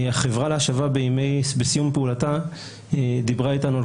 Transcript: החברה להשבה בסיום פעולתה דיברה איתנו על